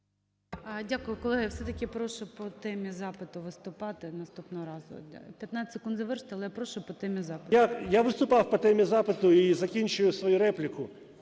Дякую. Колеги, все-таки прошу по темі запиту виступати наступного разу. 15 секунд завершити, але прошу по темі запиту. ЛЕЩЕНКО С.А. Я виступав по темі запиту. І закінчую свою репліку.